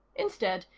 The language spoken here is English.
instead,